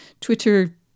Twitter